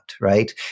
right